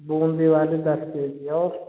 दस के जी और